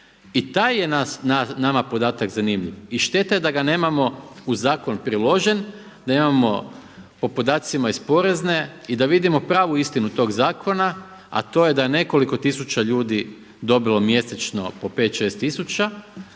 I taj je nama podatak zanimljiv i šteta je da ga nemamo uz zakon priložen, da imamo po podacima iz Porezne i da vidimo pravu istinu tog zakona, a to je da je nekoliko tisuća ljudi dobilo mjesečno po pet,